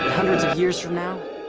hundreds of years from now,